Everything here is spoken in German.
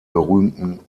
berühmten